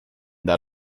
that